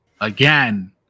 again